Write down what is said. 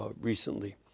recently